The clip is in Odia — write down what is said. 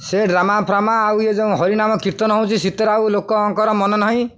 ସେ ଡ୍ରାମା ଫ୍ରାମା ଆଉ ଇଏ ଯେଉଁ ହରିନାମ କୀର୍ତ୍ତନ ହେଉଛି ସେଥିରେ ଆଉ ଲୋକଙ୍କର ମନ ନାହିଁ